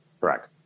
Correct